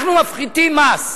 אנחנו מפחיתים מס.